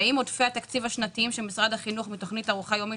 והאם עודפי התקציב השנתיים של משרד החינוך בתוכנית ארוחה יומית